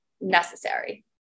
necessary